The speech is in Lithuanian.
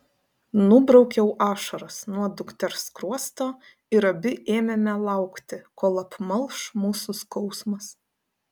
nubraukiau ašaras nuo dukters skruosto ir abi ėmėme laukti kol apmalš mūsų skausmas